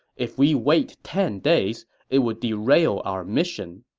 if we wait ten days, it would derail our mission.